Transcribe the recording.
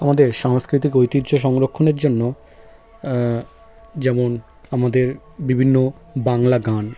আমাদের সাংস্কৃতিক ঐতিহ্য সংরক্ষণের জন্য যেমন আমাদের বিভিন্ন বাংলা গান